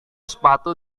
sepatu